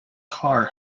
car